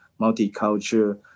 multicultural